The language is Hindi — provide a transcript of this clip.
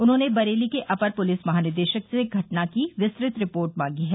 उन्होंने बरेली के अपर पुलिस महानिदेशक से घटना की विस्तृत रिपोर्ट मांगी है